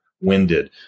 winded